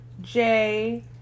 J-